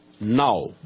now